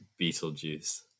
Beetlejuice